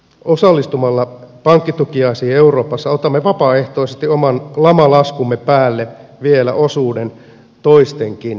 osallistumalla pankkitukiaisiin euroopassa otamme vapaaehtoisesti oman lamalaskumme päälle vielä osuuden toistenkin laskuista